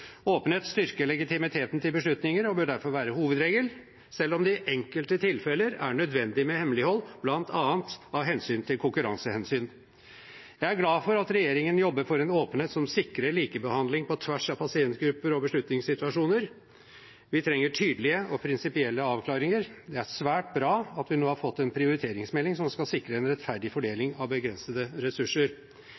Åpenhet styrker legitimiteten til beslutninger, og bør derfor være hovedregel, selv om det i enkelte tilfeller er nødvendig med hemmelighold, bl.a. av konkurransehensyn. Jeg er glad for at regjeringen jobber for en åpenhet som sikrer likebehandling på tvers av pasientgrupper og beslutningssituasjoner. Vi trenger tydelige og prinsipielle avklaringer. Det er svært bra at vi nå har fått en prioriteringsmelding som skal sikre en rettferdig